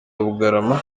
bugarama